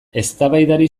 eztabaidari